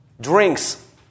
drinks